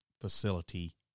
facility